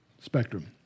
spectrum